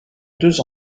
deux